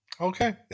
Okay